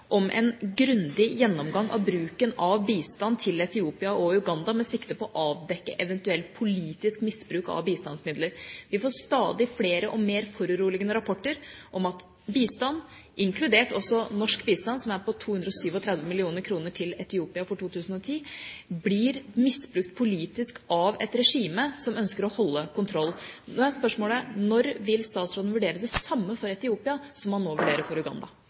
om en grundig gjennomgang av bruken av bistand til Etiopia og Uganda, med sikte på å avdekke eventuell politisk misbruk av bistandsmidler. Vi får stadig flere og mer foruroligende rapporter om at bistand, inkludert også norsk bistand, som er 237 mill. kr til Etiopia for 2010, blir misbrukt politisk av et regime som ønsker å holde kontroll. Da er spørsmålet: Når vil statsråden vurdere det samme for Etiopia som han nå vurderer for Uganda?